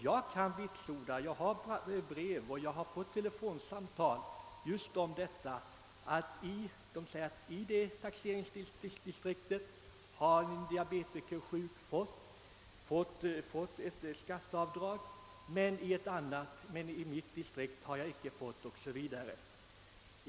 Jag har fått brev och telefonsamtal som vitsordar just detta: i ett taxeringsdistrikt har en diabetiker fått ett skatteavdrag, men i ett annat har det icke beviljats o.s.v.